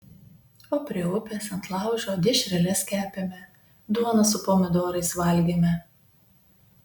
o prie upės ant laužo dešreles kepėme duoną su pomidorais valgėme